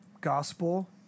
Gospel